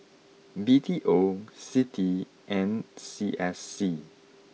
B T O Citi and C S C